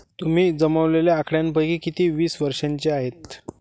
तुम्ही जमवलेल्या आकड्यांपैकी किती वीस वर्षांचे आहेत?